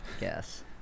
Yes